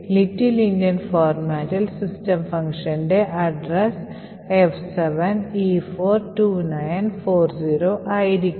little endian ഫോർമാറ്റിൽ system ഫംഗ്ഷന്റെ വിലാസം F7E42940 ആയിരിക്കും